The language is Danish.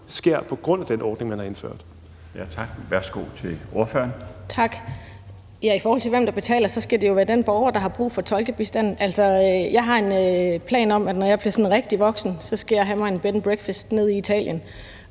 Tak. Værsgo til ordføreren. Kl. 13:55 Louise Brown (LA): Tak. I forhold til hvem der betaler, skal det jo være den borger, der har brug for tolkebistanden. Altså, jeg har en plan om, at når jeg bliver sådan rigtig voksen, skal jeg have mig en bed and breakfast nede i Italien,